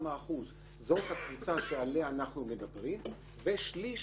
כ-60% זאת הקבוצה שעליה אנחנו מדברים ושליש